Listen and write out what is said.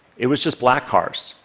it was just black cars.